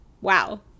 Wow